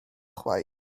chwaith